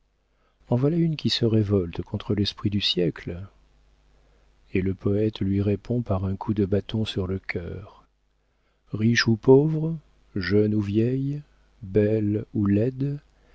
en voilà une qui se révolte contre l'esprit du siècle et le poëte lui répond par un coup de bâton sur le cœur riche ou pauvre jeune ou vieille belle ou laide